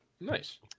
Nice